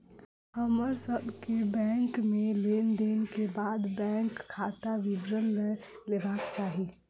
हमर सभ के बैंक में लेन देन के बाद बैंक खाता विवरण लय लेबाक चाही